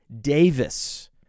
Davis